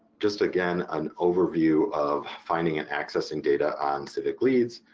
just again an overview of finding and accessing data on civicleads.